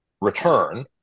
return